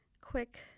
quick